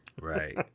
Right